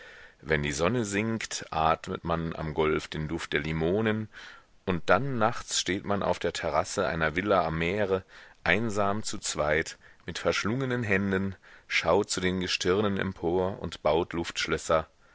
wenn die sonne sinkt atmet man am golf den duft der limonen und dann nachts steht man auf der terrasse einer villa am meere einsam zu zweit mit verschlungenen händen schaut zu den gestirnen empor und baut luftschlösser